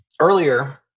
Earlier